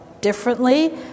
differently